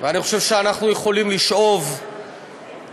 אני חושב שאנחנו יכולים לשאוב מפרס